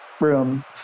room